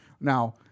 Now